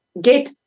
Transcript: get